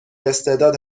استعداد